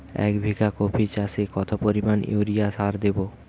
এক বিঘা কপি চাষে কত পরিমাণ ইউরিয়া সার দেবো?